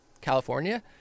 california